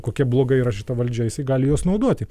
kokia bloga yra šita valdžia jisai gali juos naudoti